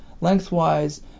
lengthwise